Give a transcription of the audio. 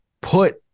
put